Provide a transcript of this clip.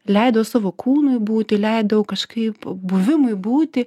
leidau savo kūnui būti leidau kažkaip buvimui būti